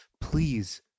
Please